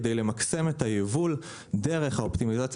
כדי למקסם את היבול דרך האופטימיזציה